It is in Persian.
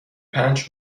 پنج